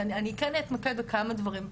ואני כן אתמקד בכמה דברים.